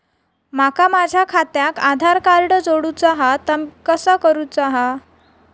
माका माझा खात्याक आधार कार्ड जोडूचा हा ता कसा करुचा हा?